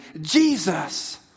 Jesus